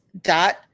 dot